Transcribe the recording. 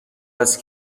است